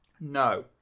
No